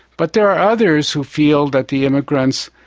but there are others who feel that the immigrants,